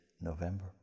November